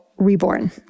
reborn